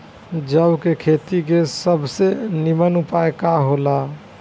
जौ के खेती के सबसे नीमन उपाय का हो ला?